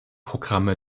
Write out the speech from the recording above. programme